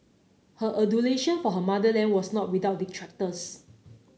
her adulation for her motherland was not without detractors